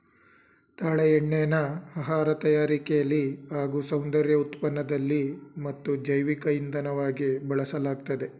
ತಾಳೆ ಎಣ್ಣೆನ ಆಹಾರ ತಯಾರಿಕೆಲಿ ಹಾಗೂ ಸೌಂದರ್ಯ ಉತ್ಪನ್ನದಲ್ಲಿ ಮತ್ತು ಜೈವಿಕ ಇಂಧನವಾಗಿ ಬಳಸಲಾಗ್ತದೆ